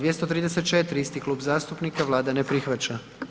234. isti klub zastupnika, Vlada ne prihvaća.